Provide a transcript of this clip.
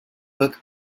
book